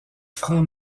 franc